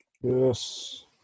Yes